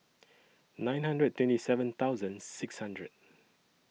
nine hundred and twenty seven thousand six hundred